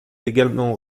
également